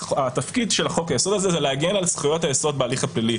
התפקיד של חוק-היסוד הזה הוא להגן על זכויות היסוד בהליך הפלילי.